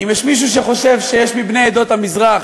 אם יש מישהו שחושב שיש מבני עדות המזרח,